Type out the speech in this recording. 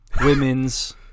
women's